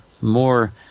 more